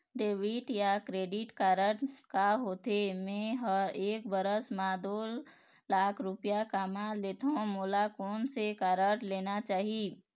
Debit या credit card का होथे, मे ह एक बछर म दो लाख रुपया कमा लेथव मोला कोन से कारड लेना चाही?